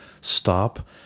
stop